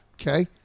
Okay